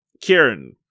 Kieran